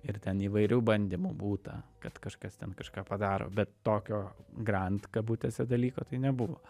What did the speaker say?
ir ten įvairių bandymų būta kad kažkas ten kažką padaro bet tokio grant kabutėse dalyko tai nebuvo